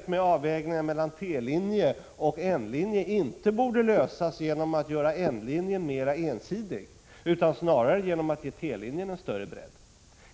Kanske avvägningen mellan T-linje och N-linje inte borde lösas genom att man gör N-linjen mera ensidig. Kanske borde man i stället ge T-linjen en större bredd.